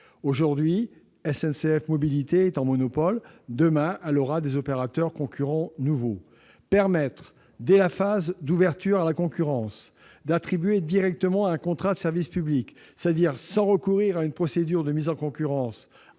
Aujourd'hui, SNCF Mobilités est en situation de monopole. Demain, il u aura des opérateurs concurrents. Permettre, dès la phase d'ouverture à la concurrence, d'attribuer directement un contrat de service public, c'est-à-dire sans recourir à une procédure de mise en concurrence,